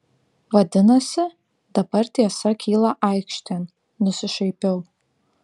vadinasi dabar tiesa kyla aikštėn nusišaipiau